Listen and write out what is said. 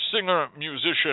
Singer-musician